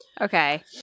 Okay